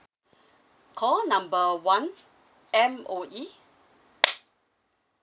call number one M_O_E